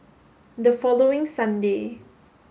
the following Sunday